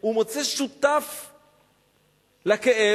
הוא מוצא שותף לכאב,